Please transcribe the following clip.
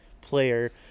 player